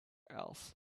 else